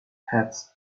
hats